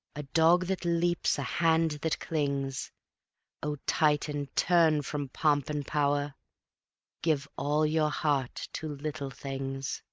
a dog that leaps, a hand that clings o titan, turn from pomp and power give all your heart to little things.